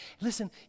Listen